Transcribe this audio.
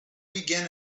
began